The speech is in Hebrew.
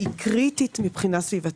היא קריטית מבחינה סביבתית.